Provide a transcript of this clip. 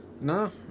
No